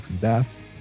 Death